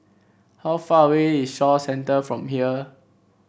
how far away is Shaw Centre from here